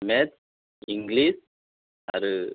मेठस English आरो